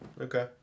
Okay